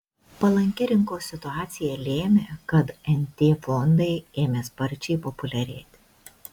palanki rinkos situacija lėmė kad nt fondai ėmė sparčiai populiarėti